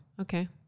Okay